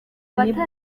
nibwo